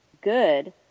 good